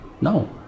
No